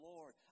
Lord